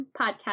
podcast